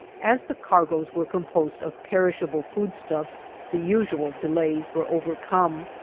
as the cargoes were composed of perishable foodstuffs the usual delays were overcome,